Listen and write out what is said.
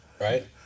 right